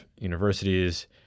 universities